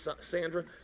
Sandra